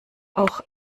auch